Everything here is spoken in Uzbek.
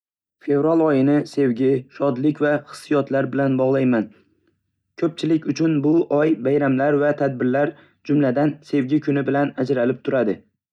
Fevral oyini sevgi, shodlik va hissiyotlar bilan bog'layman. Ko'pchilik uchun bu oy bayramlar va tadbirlar, jumladan, Sevgi kuni bilan ajralib turadi.